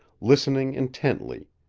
listening intently,